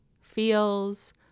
feels